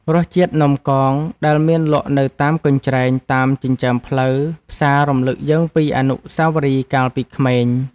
រសជាតិនំកងដែលមានលក់នៅតាមកញ្ច្រែងតាមចិញ្ចើមផ្លូវផ្សាររំលឹកយើងពីអនុស្សាវរីយ៍កាលពីក្មេង។